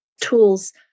tools